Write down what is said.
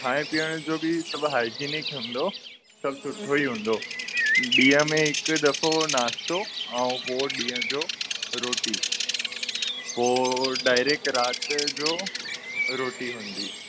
खाइण पीअण जो बि सभु हाईजेनिक हूंदो सभु सुठो ई हूंदो ॾींहं में हिक दफ़ो नास्तो ऐं पोइ ॾींहं जो रोटी पोइ डाइरेक्ट राति जो रोटी हूंदी